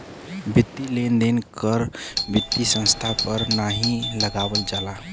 वित्तीय लेन देन कर वित्तीय संस्थान पर नाहीं लगावल जाला